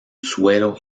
suelo